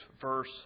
verse